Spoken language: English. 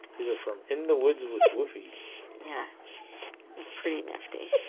these are from in the woods with whoopi yes that's pretty nifty